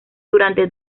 durante